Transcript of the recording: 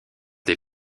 des